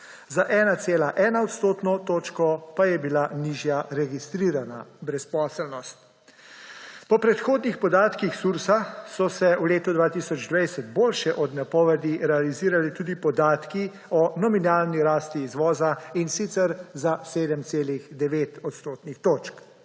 točko pa je bila nižja registrirana brezposelnost. Po predhodnih podatkih Sursa so se v letu 2020 boljše od napovedi realizirali tudi podatki o nominalni rasti izvoza, in sicer za 7,9